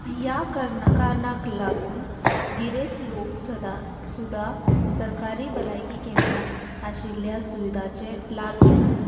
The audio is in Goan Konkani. ह्या कर्ना कारणाक लागून गिरेस्त लोक सदां सुद्दां सरकारी भलायकी केंद्रांत आशिल्ल्या सुविधाचे लाभ घेतात